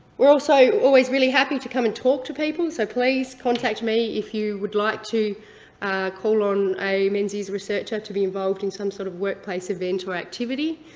we're also always really happy to come and talk to people, so please, contact me if you would like to call on a menzies researcher to be involved in some sort of workplace event or activity.